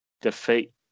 Defeat